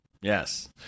yes